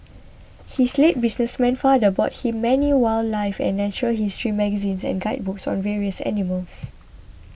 his late businessman father bought him many wildlife and natural history magazines and guidebooks on various animals